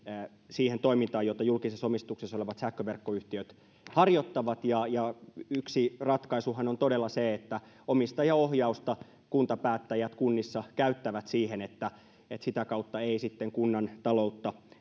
siihen toimintaan jota julkisessa omistuksessa olevat sähköverkkoyhtiöt harjoittavat yksi ratkaisuhan on todella se että omistajaohjausta kuntapäättäjät kunnissa käyttävät siihen että että sitä kautta ei sitten kunnan taloutta